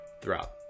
throughout